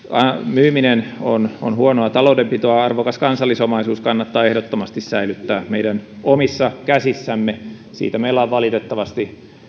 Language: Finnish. myyminen on on huonoa taloudenpitoa arvokas kansallisomaisuus kannattaa ehdottomasti säilyttää meidän omissa käsissämme siitä meillä on valitettavasti